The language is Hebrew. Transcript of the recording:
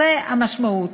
זו המשמעות.